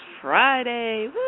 Friday